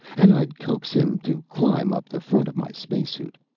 and i'd coax him to climb up the front of my spacesuit.